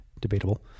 debatable